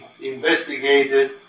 investigated